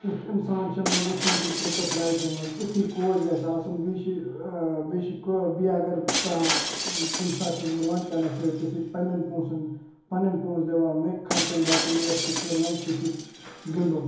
یُتھ اِنسان چھُنہٕ مےٚ وٕچھمُتُے کِرٛکٮ۪ٹ لایف منٛز یُتھُے کوچ گَژھِ آسُن بیٚیہِ چھِ بیٚیہِ چھِ بیٚیہِ اگر کانٛہہ کُنہِ ساتہٕ چھُس بہٕ لَنٛچ اَنان سۭتۍ سُہ چھِ پنٛنٮ۪ن پونٛسَن پَنٕنۍ پونٛسہٕ دِوان مےٚ خَرچَن باپَتھ نیر ژٕ کھے لَنٛچ ژےٚ چھِ گِنٛدُن